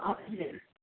हजुर